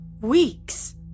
weeks